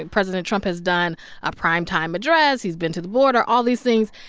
and president trump has done a primetime address, he's been to the border, all these things.